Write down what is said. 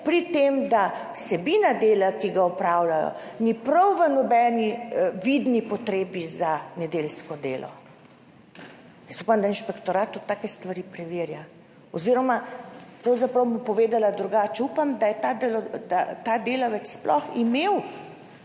pri tem, da vsebina dela, ki ga opravljajo, ni prav v nobeni vidni potrebi za nedeljsko delo. Jaz upam, da inšpektorat tudi take stvari preverja oziroma bom povedala drugače, upam, da je ta delavec sploh imel